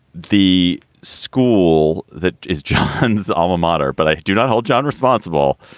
the school that is john's alma mater. but i do not hold john responsible.